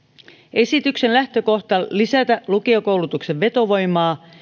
esityksen lähtökohdat lisätä lukiokoulutuksen vetovoimaa